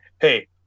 hey